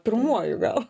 pirmuoju gal